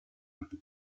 côté